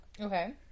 Okay